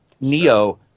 Neo